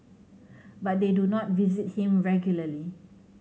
but they do not visit him regularly